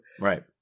Right